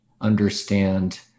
understand